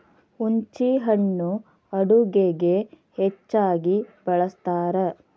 ಹುಂಚಿಹಣ್ಣು ಅಡುಗೆಗೆ ಹೆಚ್ಚಾಗಿ ಬಳ್ಸತಾರ